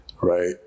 right